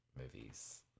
movies